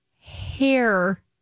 hair